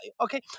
okay